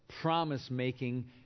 promise-making